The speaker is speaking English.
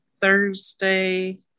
thursday